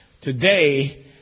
Today